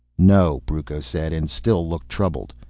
no, brucco said, and still looked troubled.